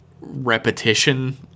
repetition